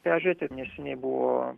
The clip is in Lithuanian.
peržiūrėti ir neseniai buvo